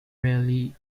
rarely